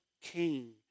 king